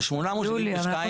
872 בקשות.